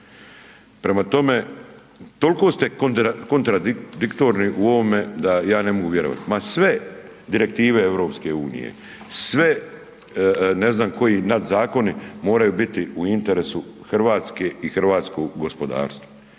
Prema tome, toliko ste kontradiktorni u ovome da ja ne mogu vjerovati. Ma sve direktive EU, sve ne znam koji nadzakoni moraju biti u interesu Hrvatske i hrvatskog gospodarstva.